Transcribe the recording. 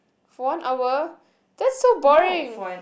for one hour that's so boring